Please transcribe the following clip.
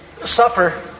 suffer